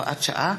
הוראת שעה),